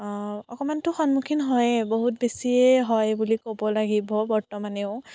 অকণমানটো সন্মুখীন হয়ে বহুত বেছিয়ে হয় বুলি ক'ব লাগিব বৰ্তমানেও